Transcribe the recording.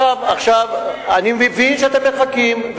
אנחנו מחכים.